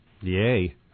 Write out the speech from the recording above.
Yay